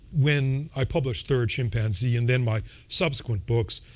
when i published third chimpanzee, and then my subsequent books,